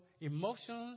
emotions